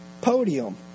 podium